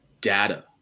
data